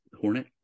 hornet